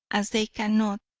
as they cannot,